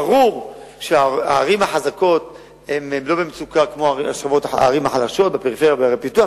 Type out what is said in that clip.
ברור שבערים החזקות אין מצוקה כמו בערים החלשות בפריפריה וערי הפיתוח,